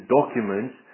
documents